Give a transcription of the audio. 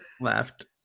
left